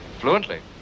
Fluently